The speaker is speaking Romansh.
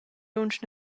lunsch